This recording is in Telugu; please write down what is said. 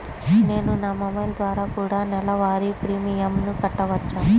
నేను నా మొబైల్ ద్వారా కూడ నెల వారి ప్రీమియంను కట్టావచ్చా?